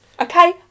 okay